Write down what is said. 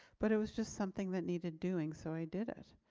but it was just something that needed doing so i did it.